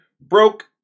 broke